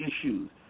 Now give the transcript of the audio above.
issues